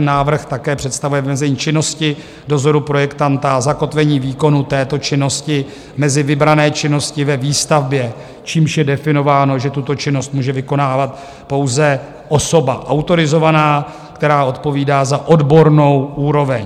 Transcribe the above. Návrh také představuje vymezení činnosti dozoru projektanta a zakotvení výkonu této činnosti mezi vybrané činnosti ve výstavbě, čímž je definováno, že tuto činnost může vykonávat pouze osoba autorizovaná, která odpovídá za odbornou úroveň.